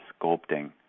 sculpting